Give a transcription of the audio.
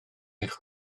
eich